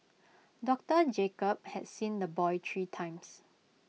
doctor Jacob had seen the boy three times